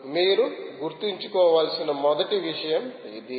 మీరు గుర్తుంచుకోవలసిన మొదటి విషయం ఇది